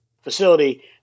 facility